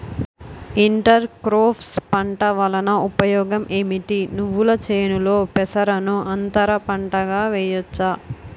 Inter crops పంట వలన ఉపయోగం ఏమిటి? నువ్వుల చేనులో పెసరను అంతర పంటగా వేయవచ్చా?